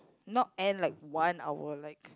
not end like one hour like